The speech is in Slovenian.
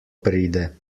pride